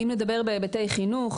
אם נדבר בהיבטי חינוך,